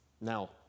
Now